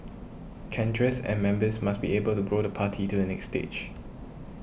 cadres and members must be able to grow the party to the next stage